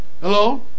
Hello